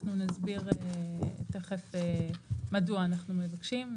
אנחנו נסביר תכף מדוע אנחנו מבקשים.